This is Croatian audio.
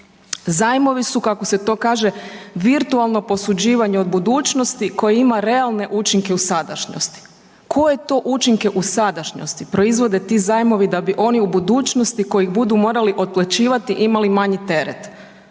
Zajmovi su, kako se to kaže virtualno posuđivanje od budućnosti koje ima realne učinke u sadašnjosti. Koje to učinke u sadašnjosti proizvode ti zajmovi da bi oni u budućnosti, koji ih budu morali otplaćivati imali manji teret.